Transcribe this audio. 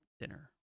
dinner